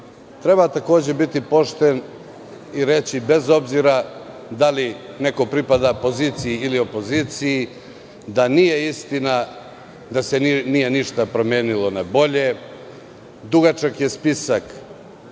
Treba takođe biti pošten i reći bez obzira da li neko pripada poziciji ili opoziciji, da nije istina da se nije ništa promenilo na bolje. Dugačak je spisak